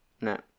No